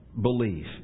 belief